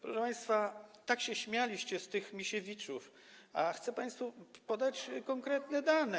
Proszę państwa, tak się śmialiście z tych Misiewiczów, a chcę państwu podać konkretne dane.